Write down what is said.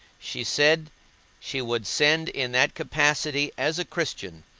she said she would send in that capacity as a christian,